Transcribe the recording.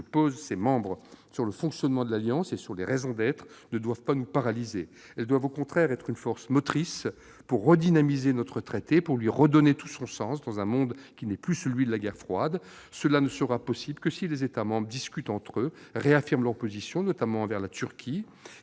questions légitimes sur le fonctionnement de l'Alliance et sur ses raisons d'être que se posent ses membres ne doivent pas nous paralyser : elles doivent au contraire être une force motrice pour redynamiser notre traité, pour lui redonner tout son sens dans un monde qui n'est plus celui de la guerre froide. Cela ne sera possible que si les États membres discutent entre eux, réaffirment leur position, notamment envers la Turquie,